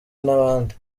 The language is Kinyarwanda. n’abandi